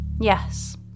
Yes